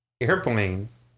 Airplanes